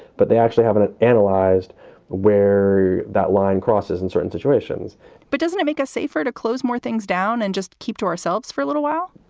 but they actually haven't ah analyzed where that line crosses in certain situations but doesn't it make us safer to close more things down and just keep to ourselves for a little while?